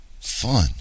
fun